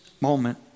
moment